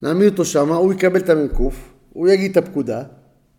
נעמיד אותו שמה, הוא יקבל את המ"ק, הוא יגיד את הפקודה.